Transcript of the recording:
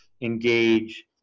engage